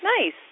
Nice